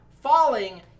falling